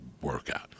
workout